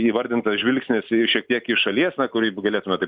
įvardintas žvilgsnis šiek tiek iš šalies na kurį galėtume taip